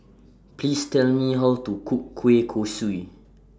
Please Tell Me How to Cook Kueh Kosui